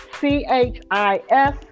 c-h-i-s